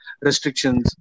restrictions